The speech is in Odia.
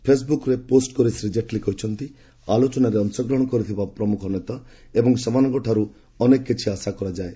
ଫେସ୍ବୁକ୍ରେ ପୋଷ୍ଟ କରି ଶ୍ରୀ ଜେଟ୍ଲୀ କହିଛନ୍ତି ଆଲୋଚନାରେ ଅଂଶଗ୍ରହଣ କରିଥିବା ପ୍ରମୁଖ ନେତା ଏବଂ ସେମାନଙ୍କଠାରୁ ଅନେକ କିଛି ଆଶା କରାଯାଏ